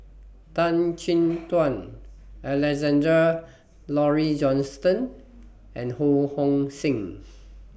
Tan Chin Tuan Alexander Laurie Johnston and Ho Hong Sing